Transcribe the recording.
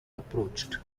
approached